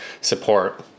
support